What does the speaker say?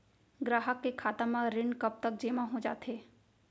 ग्राहक के खाता म ऋण कब तक जेमा हो जाथे?